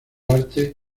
arte